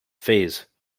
fays